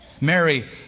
Mary